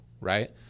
right